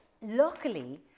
luckily